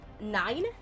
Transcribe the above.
nine